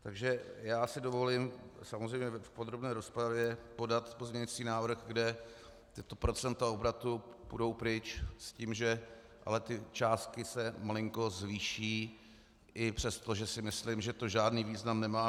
Takže já si dovolím samozřejmě v podrobné rozpravě podat pozměňovací návrh, kde tato procenta obratu půjdou pryč, s tím, že ale ty částky se malinko zvýší i přesto, že si myslím, že to žádný význam nemá.